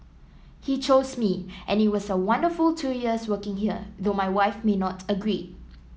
he chose me and it was a wonderful two years working here though my wife may not agree